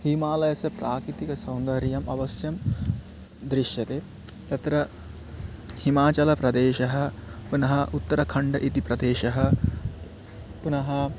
हिमालयस्य प्राकृतिकसौन्दर्यम् अवश्यं दृश्यते तत्र हिमाचलप्रदेशः पुनः उत्तराखण्डम् इति प्रदेशः पुनः